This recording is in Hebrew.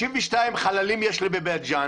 62 חללים יש לי בבית-ג'ן